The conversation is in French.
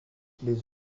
les